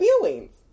feelings